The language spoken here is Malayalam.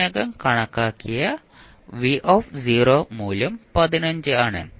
ഇതിനകം കണക്കാക്കിയ v മൂല്യം 15 ആണ്